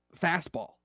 fastball